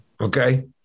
Okay